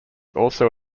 also